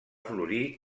florir